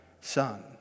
Son